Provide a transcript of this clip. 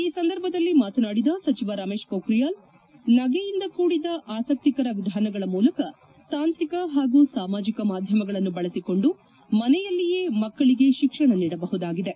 ಈ ಸಂದರ್ಭದಲ್ಲಿ ಮಾತನಾಡಿದ ಸಚಿವ ರಮೇಶ್ ಪೋಖ್ರಿಯಾಲ್ ನಗೆಯಿಂದ ಕೂಡಿದ ಆಸಕ್ತಿಕರ ವಿಧಾನಗಳ ಮೂಲಕ ತಾಂತ್ರಿಕ ಹಾಗೂ ಸಾಮಾಜಕ ಮಾಧ್ಯಮಗಳನ್ನು ಬಳಸಿಕೊಂಡು ಮನೆಯಲ್ಲಿಯೇ ಮಕ್ಕಳಗೆ ತಿಕ್ಷಣ ನೀಡಬಹುದಾಗಿದೆ